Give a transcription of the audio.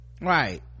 right